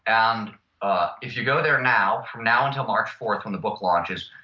and ah if you go there now, from now until march fourth when the book launches,